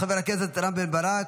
חבר הכנסת רם בן ברק,